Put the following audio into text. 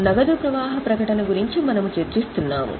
నగదు ప్రవాహ ప్రకటన గురించి మనము చర్చిస్తున్నాము